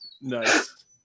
Nice